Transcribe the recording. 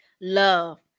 love